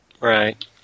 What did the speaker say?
Right